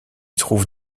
trouve